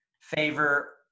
favor